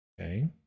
Okay